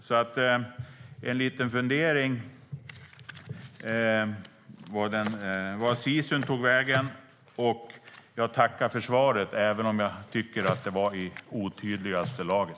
Jag har en liten fundering: Vart tog sisun vägen? Jag tackar för svaret, även om jag tycker att det var i otydligaste laget.